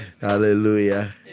Hallelujah